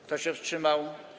Kto się wstrzymał?